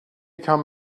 come